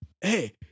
Hey